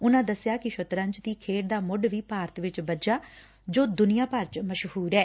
ਉਨਾ ਦਸਿਆ ਕਿ ਸ਼ਤਰੰਜ ਦੀ ਖੇਡ ਦਾ ਮੁੱਢ ਵੀ ਭਾਰਤ ਵਿਚ ਬੱਝਾ ਜੋ ਦੁਨੀਆਂ ਭਰ ਚ ਮਸ਼ਹੂਰ ਐ